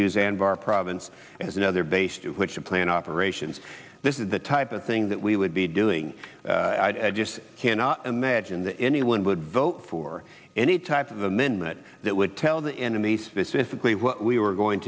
use anbar province as another base to which the plan operations this is the type of thing that we would be doing i just cannot imagine that anyone would vote for any type of amendment that would tell the enemy specifically what we were going